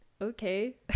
Okay